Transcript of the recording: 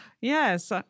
Yes